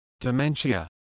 Dementia